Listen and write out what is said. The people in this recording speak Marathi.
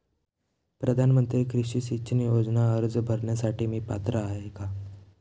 प्रधानमंत्री कृषी सिंचन योजना अर्ज भरण्यासाठी मी पात्र आहे का?